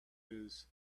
news